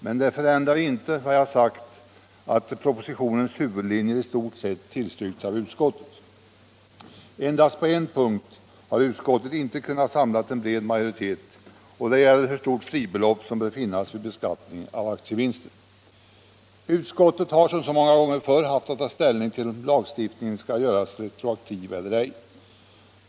Men det förändrar inte vad jag sagt om att propositionens huvudlinjer i stort tillstyrkts av utskottet. Endast på en punkt har utskottet inte kunnat samla en bred majoritet, och det gäller hur stort fribelopp som bör finnas vid beskattning av aktievinster. Utskottet har som så många gånger förr haft att ta ställning till om lagstiftningen skall göras retroaktiv eller ej.